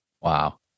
Wow